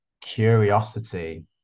curiosity